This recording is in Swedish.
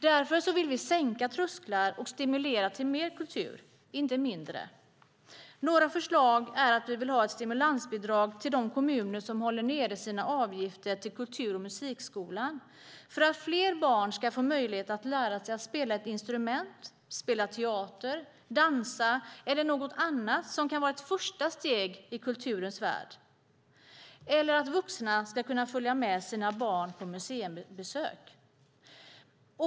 Därför vill vi sänka trösklar och stimulera till mer, inte mindre, kultur. Några förslag handlar om att vi vill ha ett stimulansbidrag till de kommuner som håller nere sina avgifter till kultur och musikskolan för att fler barn ska få möjlighet att lära sig att spela ett instrument, spela teater, dansa eller göra något annat som kan vara ett första steg in i kulturens värld eller för att vuxna ska kunna följa med sina barn på museibesök.